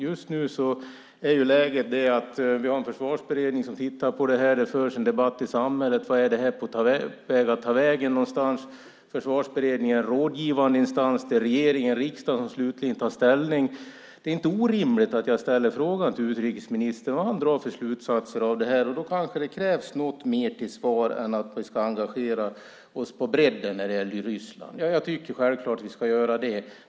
Just nu är läget sådant att vi har en försvarsberedning som tittar på detta, och det förs en debatt i samhället om vart detta är på väg. Försvarsberedningen är en rådgivande instans. Det är regeringen och riksdagen som slutligen tar ställning. Det är inte orimligt att jag ställer frågan till utrikesministern om vilka slutsatser som han drar av detta. Då kanske det krävs något mer till svar än att vi ska engagera oss på bredden när det gäller Ryssland. Jag tycker självklart att vi ska göra det.